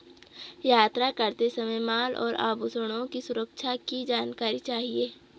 यात्रा करते समय माल और आभूषणों की सुरक्षा की जानी चाहिए